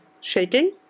shaking